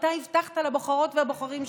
אתה הבטחת לבוחרות והבוחרים שלך.